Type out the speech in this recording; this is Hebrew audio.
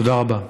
תודה רבה.